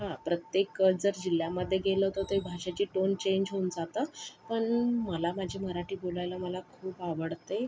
हा प्रत्येक जर जिल्ह्यामध्ये गेलं तर ते भाषेचे टोन चेंज होऊन जातं पण मला माझी मराठी बोलायला मला खूप आवडते